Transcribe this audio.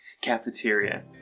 cafeteria